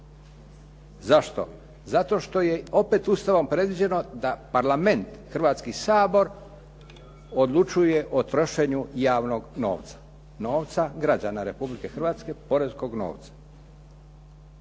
Zašto? Zato što je opet Ustavom predviđeno da parlament, Hrvatski sabor odlučuje o trošenju javnog novca, novca građana Republike Hrvatske, poreskog novca,